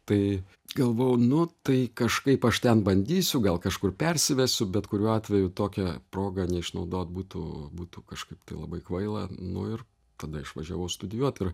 tai galvojau nu tai kažkaip aš ten bandysiu gal kažkur persivesiu bet kuriuo atveju tokią progą neišnaudot būtų būtų kažkaip labai kvaila nu ir tada išvažiavau studijuot ir